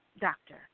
doctor